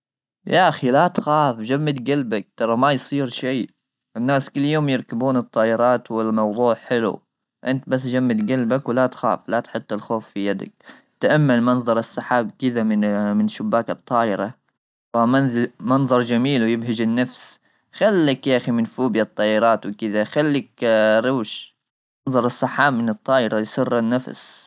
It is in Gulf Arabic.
يا اخي لا تخاف جمد قلبك ترى ما يصير شيء ,الناس كل يوم يركبون الطائرات ,والموضوع حلو انت بس جمد قلبك ولا تخاف لا تحط الخوف في يدك ,تامل منظر السحاب كذا من شباك الطائره منظر جميل يبهج النفس خلك يا اخي من فوبيا الطائرات وكذا خليك روش منظر السحاب من الطائره يسر النفس.